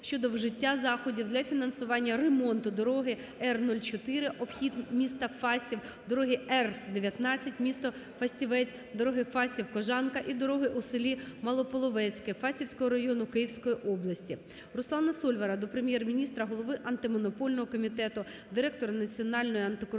щодо вжиття заходів для фінансування ремонту дороги Р-04 (обхід міста Фастів), дороги Р-19 (місто Фастівець), дороги Фастів-Кожанка і дороги у селі Малополовецьке Фастівського району Київської області. Руслана Сольвара до Прем'єр-міністра України, голови Антимонопольного комітету України, директора Національного антикорупційного